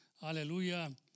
hallelujah